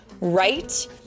right